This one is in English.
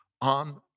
on